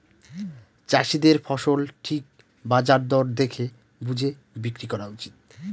চাষীদের ফসল ঠিক বাজার দর দেখে বুঝে বিক্রি করা উচিত